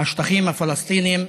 השטחים הפלסטיניים,